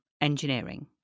engineering